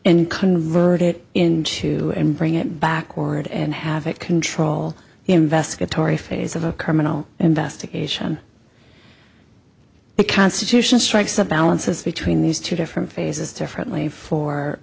and convert it into him bring it backward and have it control the investigatory phase of a criminal investigation the constitution strikes the balances between these two different phases differently for